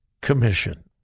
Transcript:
Commission